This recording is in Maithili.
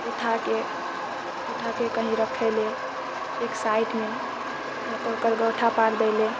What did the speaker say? उठाकऽ उठाकऽ कहीँ राखैलए एक साइडमे या तऽ ओकर गोइठा पारि दैलए